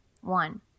one